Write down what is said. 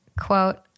quote